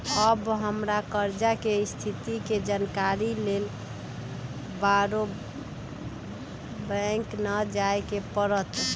अब हमरा कर्जा के स्थिति के जानकारी लेल बारोबारे बैंक न जाय के परत्